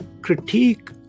critique